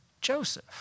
Joseph